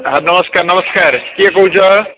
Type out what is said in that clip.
sir ନମସ୍କାର ନମସ୍କାର କିଏ କହୁଛ